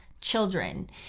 children